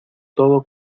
todo